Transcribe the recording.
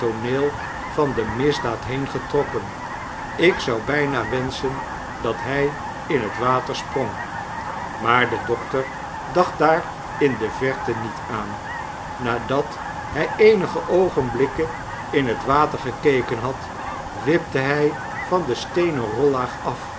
tooneel van de misdaad heengetrokken ik zou bijna wenschen dat hij in het water sprong maar de dokter dacht daar in de verte niet aan nadat bij eenige oogenblikken in het water gekeken had wipte hij van de steenen rollaag af